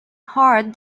heart